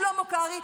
שלמה קרעי,